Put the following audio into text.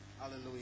Hallelujah